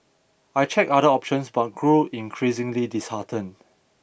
I checked other options but grew increasingly disheartened